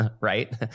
right